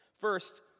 First